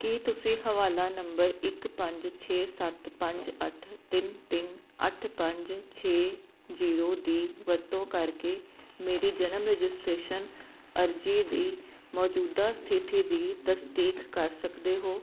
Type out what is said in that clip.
ਕੀ ਤੁਸੀਂ ਹਵਾਲਾ ਨੰਬਰ ਇੱਕ ਪੰਜ ਛੇ ਸੱਤ ਪੰਜ ਅੱਠ ਤਿੰਨ ਤਿੰਨ ਅੱਠ ਪੰਜ ਛੇ ਜੀਰੋ ਦੀ ਵਰਤੋਂ ਕਰਕੇ ਮੇਰੀ ਜਨਮ ਰਜਿਸਟ੍ਰੇਸ਼ਨ ਅਰਜ਼ੀ ਦੀ ਮੌਜੂਦਾ ਸਥਿਤੀ ਦੀ ਤਸਦੀਕ ਕਰ ਸਕਦੇ ਹੋ